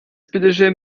bitteschön